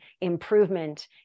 improvement